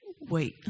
wait